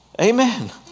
Amen